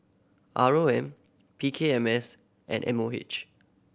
R O M P K M S and M O H